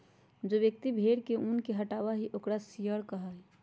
जो व्यक्ति भेड़ के ऊन के हटावा हई ओकरा शियरर कहा हई